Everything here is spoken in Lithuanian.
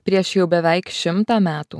prieš jau beveik šimtą metų